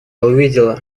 увидела